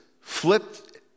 flipped